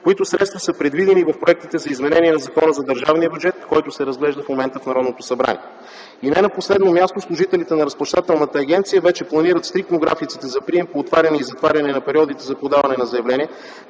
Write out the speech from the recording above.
които средства са предвидени в проектите за изменение на Закона за държавния бюджет, който се разглежда в момента в Народното събрание. И не на последно място – служителите на Разплащателната агенция вече планират стриктно графиците за прием по отваряне и затваряне на периодите за подаване на заявления,